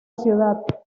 ciudad